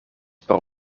por